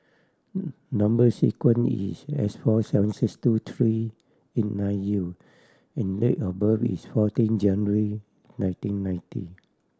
number sequence is S four seven six two three eight nine U and date of birth is fourteen January nineteen ninety